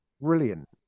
brilliant